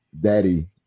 daddy